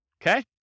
okay